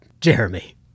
Jeremy